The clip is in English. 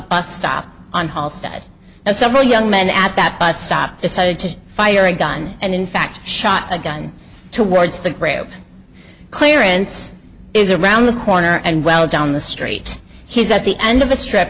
bus stop on hall's dead and several young men at that bus stop decided to fire a gun and in fact shot a gun towards the clearance is around the corner and well down the street he's at the end of a strip